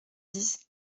dix